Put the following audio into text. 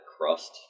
crust